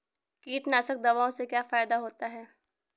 कीटनाशक दवाओं से क्या फायदा होता है?